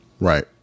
Right